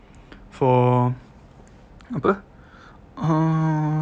for apa uh